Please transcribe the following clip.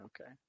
Okay